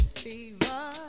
fever